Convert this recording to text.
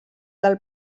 del